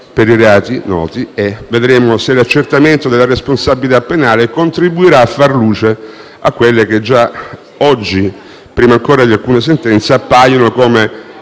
per i reati noti e vedremo se l'accertamento della responsabilità penale contribuirà a far luce su quelle che già oggi, prima ancora di alcune sentenze, appaiono come